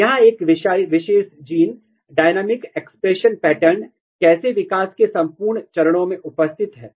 या एक विशेष जीन डायनामिक एक्सप्रेशन पैटर्न कैसे विकास के संपूर्ण चरणों में उपस्थित है